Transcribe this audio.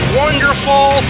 wonderful